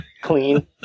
clean